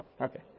Okay